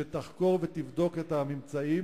שתחקור ותבדוק את הממצאים,